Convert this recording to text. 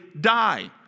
die